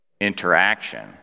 interaction